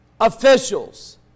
officials